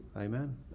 Amen